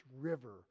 river